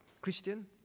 Christian